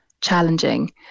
challenging